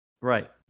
right